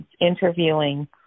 interviewing